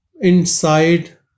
inside